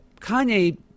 Kanye